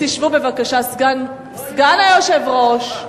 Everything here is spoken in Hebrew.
הצעות לסדר-היום מס' 3919,